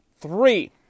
three